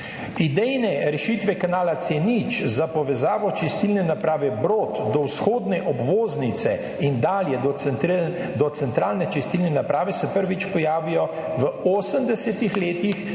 Idejne rešitve kanala C0 za povezavo čistilne naprave Brod do vzhodne obvoznice in dalje do centralne čistilne naprave se prvič pojavijo v 80. letih,